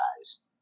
guys